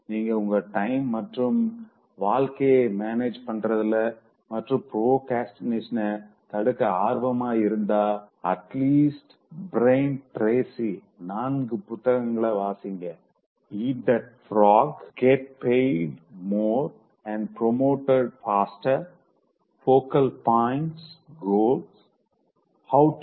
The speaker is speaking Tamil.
நீங்க உங்க டைம் மற்றும் வாழ்க்கைய மேனேஜ் பண்றதில்ல மற்றும் ப்ரோக்ரஸ்டினேஷன தடுக்க ஆர்வமாய் இருந்தா அட்லீஸ்ட்பிரைன் டிரேஸிஓட 4 புத்தகங்கள வாசிங்க Eat That Frog Get Paid More and Promoted Faster Focal Points Goals